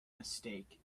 mistake